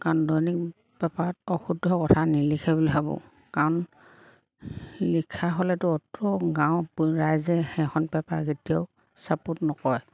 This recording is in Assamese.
কাৰণ দৈনিক পেপাৰত অশুদ্ধ কথা নিলিখে বুলি ভাবোঁ কাৰণ লিখা হ'লেতো অত গাঁৱৰ ৰাইজে সেইখন পেপাৰ কেতিয়াও ছাপোৰ্ট নকৰে